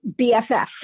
BFF